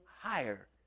higher